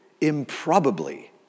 improbably